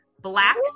Black